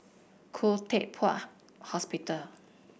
Khoo Teck Puat Hospital